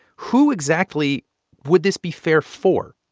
who exactly would this be fair for?